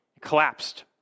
collapsed